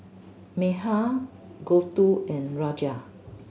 Medha Gouthu and Raja